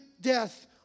death